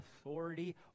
authority